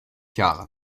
jahre